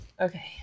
Okay